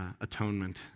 atonement